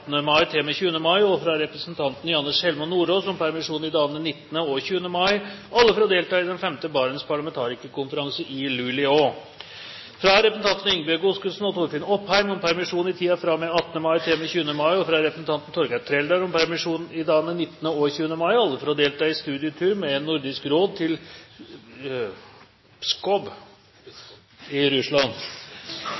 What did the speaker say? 20. mai, og fra representanten Janne Sjelmo Nordås om permisjon i dagene 19. og 20. mai – alle for å delta i den femte Barents parlamentarikerkonferanse i Luleå fra representantene Ingebjørg Godskesen og Torfinn Opheim om permisjon i tiden fra og med 18. mai til og med 20. mai, og fra representanten Torgeir Trældal om permisjon i dagene 19. og 20. mai – alle for å delta i studietur med Nordisk Råd til